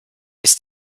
ist